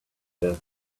desert